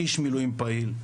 איש מילואים פעיל,